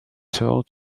toll